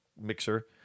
mixer